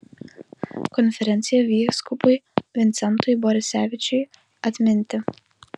konferencija vyskupui vincentui borisevičiui atminti